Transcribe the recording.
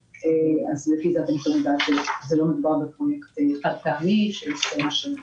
לפי זה אתם יכולים לדעת שלא מדובר בפרויקט חד-פעמי שמסתיים השנה.